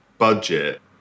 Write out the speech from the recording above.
budget